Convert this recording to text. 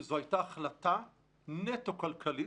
זאת הייתה החלטה נטו כלכלית,